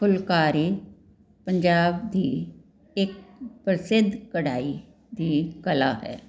ਫੁਲਕਾਰੀ ਪੰਜਾਬ ਦੀ ਇੱਕ ਪ੍ਰਸਿੱਧ ਕਢਾਈ ਅਤੇ ਕਲਾ ਹੈ